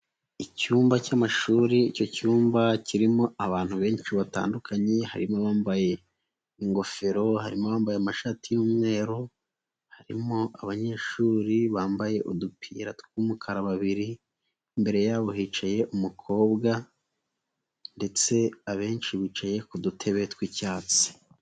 icyumba cy'amashuri icyo cyumba kirimo abantu benshi batandukanye harimo abambaye ingofero, harimo abambaye amashati y'umweru, harimo abanyeshuri bambaye udupira tw'umukara babiri imbere yabo hicaye umukobwa ndetse abenshi bicaye ku dutebe tw'icyatsi.